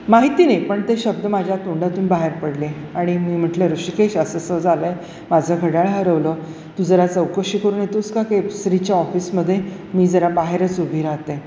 माहिती नाही पण ते शब्द माझ्या तोंडातून बाहेर पडले आणि मी म्हटलं ऋषिकेश असं असं झालं आहे माझं घड्याळ हरवलं तू जरा चौकशी करून येतोस का केसरीच्या ऑफिसमध्ये मी जरा बाहेरच उभी राहते